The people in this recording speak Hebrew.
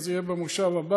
אז זה יהיה במושב הבא,